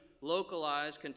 localized